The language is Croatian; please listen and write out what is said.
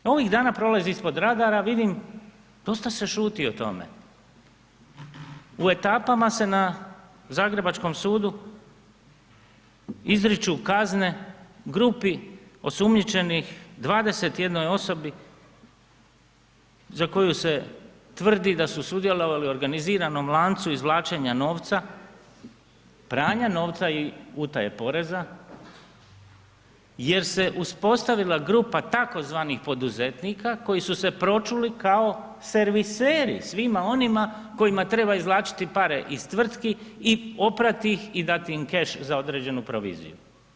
Ovih dana prolazi ispod radara vidim, dosta se šuti o tome, u etapama se na zagrebačkom sudu izriču kazne grupi osumnjičenih, 21 osobi za koju se tvrdi da su sudjelovali u organiziranom lancu izvlačenja novca, pranja novca i utaji poreza, jer se uspostavila grupa takozvanih poduzetnika koji su se pročuli kao serviseri svima onima kojima treba izvlačiti pare iz tvrtki i oprati ih, i dati im keš za određenu proviziju.